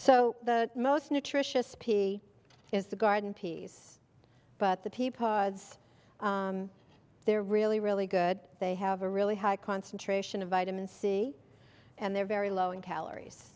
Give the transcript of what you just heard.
so the most nutritious pea is the garden peas but the peapods they're really really good they have a really high concentration of vitamin c and they're very low in calories